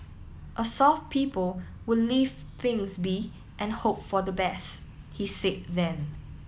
a soft people would leave things be and hope for the best he said then